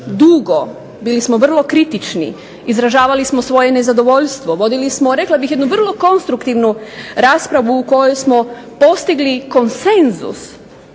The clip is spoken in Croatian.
dugo, bili smo vrlo kritični, izražavali smo svoje nezadovoljstvo, vodili smo rekla bih jednu vrlo konstruktivnu raspravu u kojoj smo postigli konsenzus